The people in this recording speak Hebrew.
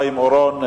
אורון,